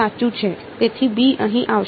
તેથી b અહીં આવશે